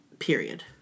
period